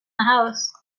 house